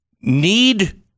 need